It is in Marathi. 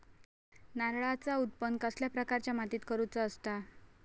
नारळाचा उत्त्पन कसल्या प्रकारच्या मातीत करूचा असता?